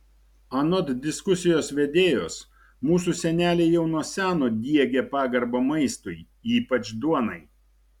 anot diskusijos vedėjos mūsų seneliai jau nuo seno diegė pagarbą maistui ypač duonai